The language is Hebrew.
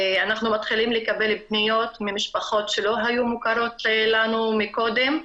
אנחנו מתחילים לקבל פניות ממשפחות שלא היו מוכרות לנו מקודם,